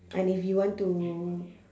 and if you want to